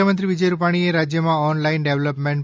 મુખ્યમંત્રીશ્રી વિજય રૂપાણીએ રાજ્યમાં ઓન લાઇન ડેવલપમેન્ટ